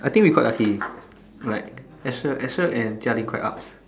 I think we quite lucky like I Asher Asher and Jia-Ling quite upz